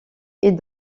est